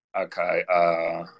Okay